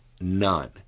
None